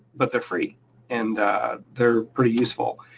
but they're free and they're pretty useful.